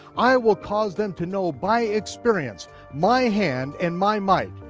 i will cause them to know by experience my hand and my might,